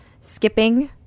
skipping